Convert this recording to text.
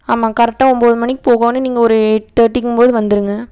ஆமாம் கரெக்டாக ஒம்பது மணிக்கு போகணும் நீங்கள் ஒரு எயிட் தேட்டிக்கும்போது வந்துருங்கள்